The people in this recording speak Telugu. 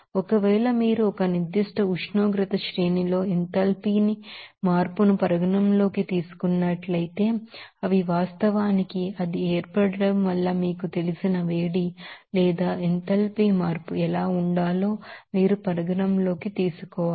ఒకవేళ మీరు ఒక నిర్ధిష్ట ఉష్ణోగ్రత శ్రేణిలో ఎంథాల్పీ మార్పును పరిగణనలోకి తీసుకున్నట్లయితే అవి వాస్తవానికి అది ఏర్పడటం వల్ల మీకు తెలిసిన వేడి లేదా ఎంథాల్పీ మార్పు ఎలా ఉండాలో మీరు పరిగణనలోకి తీసుకోవాలి